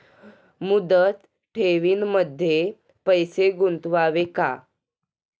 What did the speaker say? मुदत ठेवींमध्ये पैसे गुंतवावे का?